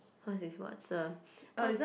what is what a what